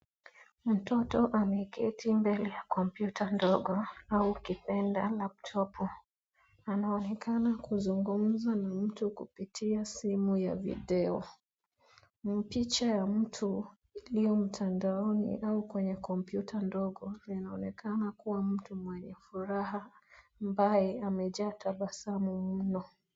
Mtoto ameketi mbele ya komputa ndogo au ukipenda laptopu. Anaonekana kuzungumza na mtu kupitia simu ya video. Picha ya mtu iliyo mtandaoni au kwenye komputa ndogo, inaonekana kuwa mtu mwenye furaha ambaye amejaa tabasamu mno.